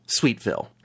Sweetville